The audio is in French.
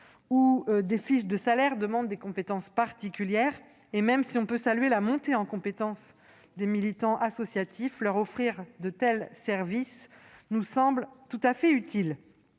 ou des fiches de salaire demande des compétences particulières. Même si l'on peut saluer la montée en compétence des militants associatifs, leur offrir de tels services nous semble tout à fait utile.